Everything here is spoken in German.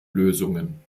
lösungen